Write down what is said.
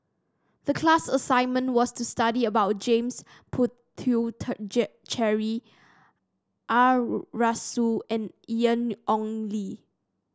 the class assignment was to study about James Puthucheary Arasu and Ian Ong Li